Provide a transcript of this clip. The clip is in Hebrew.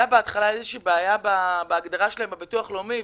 בהתחלה הייתה בעיה בהגדרה שלהם בביטוח הלאומי,